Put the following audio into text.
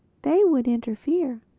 they would interfere.